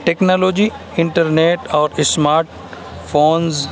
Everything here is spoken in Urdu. ٹیکنالوجی انٹرنیٹ اور اسمارٹ فونس